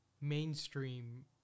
mainstream